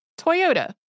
Toyota